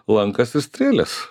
lankas ir strėlės